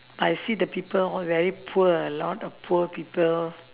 but I see the people all very poor a lot of poor people